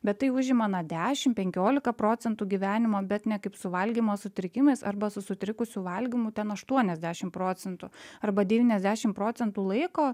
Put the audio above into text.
bet tai užima na dešim penkiolika procentų gyvenimo bet ne kaip su valgymo sutrikimais arba su sutrikusiu valgymu ten aštuoniasdešim procentų arba devyniasdešim procentų laiko